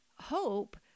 hope